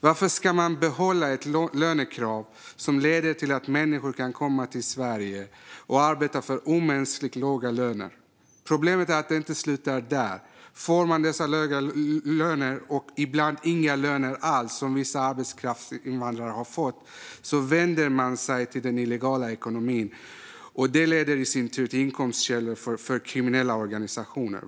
Varför ska man behålla ett lönekrav som leder till att människor kan komma till Sverige och arbeta för omänskligt låga löner? Problemet är att det inte slutar där. Får man dessa låga löner - eller ibland inga löner alls, som vissa arbetskraftsinvandrare - vänder man sig till den illegala ekonomin. Det leder i sin tur till inkomstkällor för kriminella organisationer.